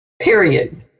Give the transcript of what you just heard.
period